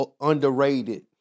underrated